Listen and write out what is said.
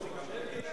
כרמל,